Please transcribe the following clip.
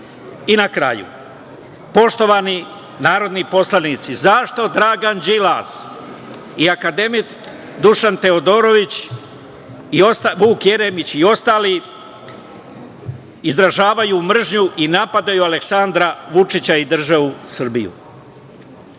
kraju, poštovani narodni poslanici, zašto Dragan Đilas i akademik Dušan Teodorović, Vuk Jeremić i ostali izražavaju mržnju i napadaju Aleksandra Vučića i državu Srbiju? Prvo,